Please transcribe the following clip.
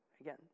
again